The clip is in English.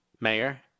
Mayor